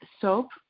soap